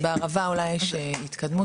אז בערבה אולי יש התקדמות.